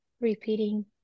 repeating